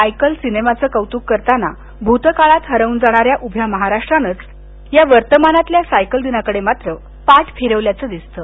cycle सिनेमाचं कौतुक करताना भूतकाळात हरवून जाणाऱ्या उभ्या महाराष्ट्रानंच या वर्तमानातल्या सायकलदिनाकडे पाठ फिरवल्याचं दिसतं